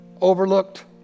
overlooked